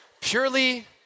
Purely